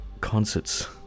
concerts